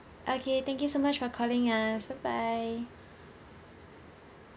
okay thank you so much for calling us bye bye